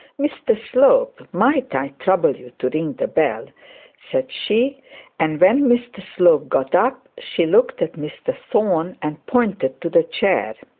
mr slope, might i trouble you to ring the bell said she and when mr slope got up she looked at mr thorne and pointed to the chair.